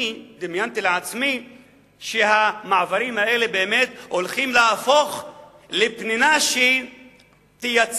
אני דמיינתי לעצמי שהמעברים האלה באמת הולכים להפוך לפנינה שתייצר